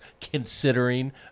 considering